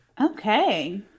Okay